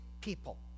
People